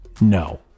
No